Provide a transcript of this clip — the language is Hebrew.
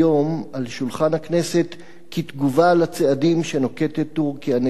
על שולחן הכנסת כתגובה על הצעדים שנוקטת טורקיה נגד ישראל.